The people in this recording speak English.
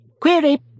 Query